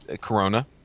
Corona